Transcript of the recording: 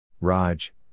Raj